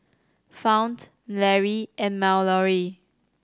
Fount Lary and Mallory